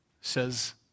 says